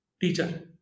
teacher